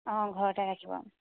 অঁ ঘৰতে ৰাখিব